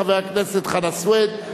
חבר הכנסת חנא סוייד,